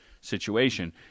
situation